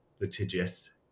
litigious